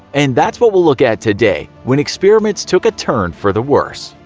and that's what we'll look at today, when experiments took a turn for the worse.